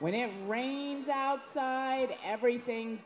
when it rains outside everything